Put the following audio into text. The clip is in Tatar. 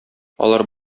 алар